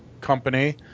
company